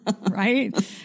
Right